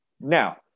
Now